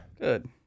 good